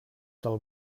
del